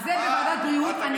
אז זה בוועדת הבריאות.